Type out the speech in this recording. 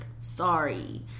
sorry